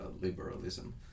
liberalism